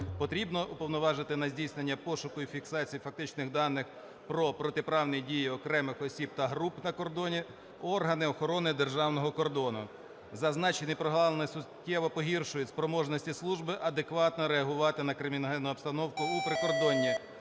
Потрібно уповноважити на здійснення пошуку і фіксації фактичних даних про протиправні дії окремих осіб та груп на кордоні органи охорони державного кордону. Зазначені прогалини суттєво погіршують спроможності служби адекватно реагувати на криміногенну обстановку у прикордонні,